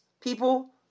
people